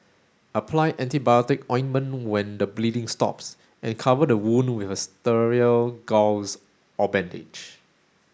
apply antibiotic ointment when the bleeding stops and cover the wound with a sterile gauze or bandage